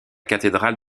cathédrale